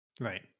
Right